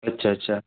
अच्छा अच्छा